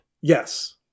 Yes